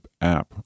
app